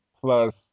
plus